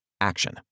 Action